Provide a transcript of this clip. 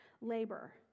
labor